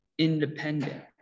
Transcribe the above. independent